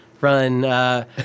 run